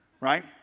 right